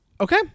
Okay